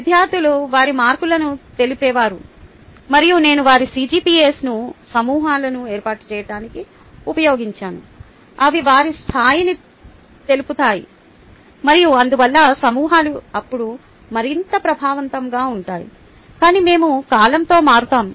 విద్యార్థులు వారి మార్కులను తెలిపేవారు మరియు నేను వారి CGPAS ను సమూహాలను ఏర్పరచటానికి ఉపయోగించాను అవి వారి స్థాయిని తెలిపుతాయి మరియు అందువల్ల సమూహాలు అప్పుడు మరింత ప్రభావవంతంగా ఉంటాయి కాని మేము కాలంతో మారుతాము